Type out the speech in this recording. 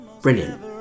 brilliant